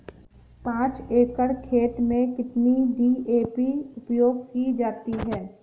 पाँच एकड़ खेत में कितनी डी.ए.पी उपयोग की जाती है?